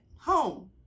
home